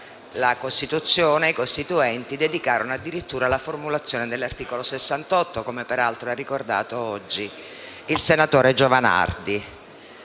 la Costituzione e i Costituenti dedicarono addirittura la formulazione dell'articolo 68, come peraltro ha ricordato oggi il senatore Giovanardi;